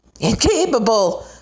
incapable